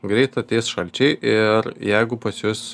greit ateis šalčiai ir jeigu pas jus